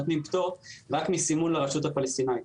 נותנים פטור רק מסימון לרשות הפלסטינאית.